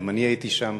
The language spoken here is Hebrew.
גם אני הייתי שם.